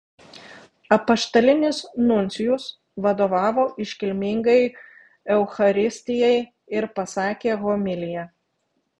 apaštalinis nuncijus vadovavo iškilmingai eucharistijai ir pasakė homiliją